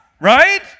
right